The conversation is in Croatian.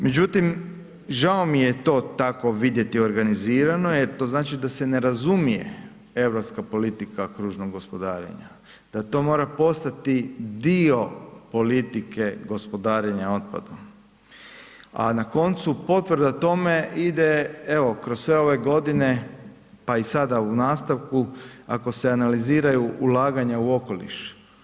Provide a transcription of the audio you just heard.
Međutim, žao mi je to tako vidjeti organizirano jer to znači da se ne razumije europska politika kružnog gospodarenja, da to mora postati dio politike gospodarenja otpadom, a na koncu potvrda tome ide evo kroz sve ove godine, pa i sada u nastavku ako se analiziraju ulaganja u okoliš.